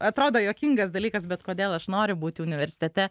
atrodo juokingas dalykas bet kodėl aš noriu būti universitete